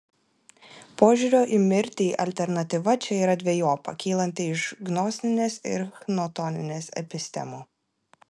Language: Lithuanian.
požiūrio į mirtį alternatyva čia yra dvejopa kylanti iš gnostinės ir chtoninės epistemų